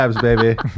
baby